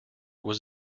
was